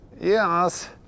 Yes